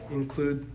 include